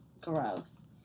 Gross